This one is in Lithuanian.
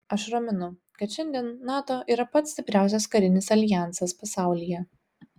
aš raminu kad šiandien nato yra pats stipriausias karinis aljansas pasaulyje